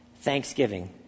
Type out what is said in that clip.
thanksgiving